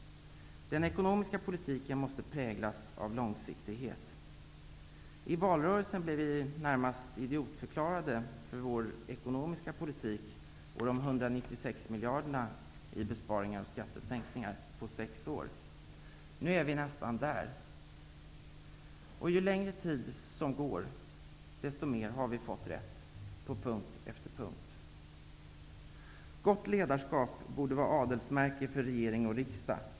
Den ekonomiska politiken måste präglas av långsiktighet. I valrörelsen blev vi närmast idiotförklarade för vår ekonomiska politik och för förslaget om skattesänkningar och om 196 miljarder i besparingar på sex år. Nu är vi nästan där. Ju längre tid som går, desto mer visar det sig att vi hade och har rätt, på punkt efter punkt. Gott ledarskap borde vara adelsmärke för regering och riksdag.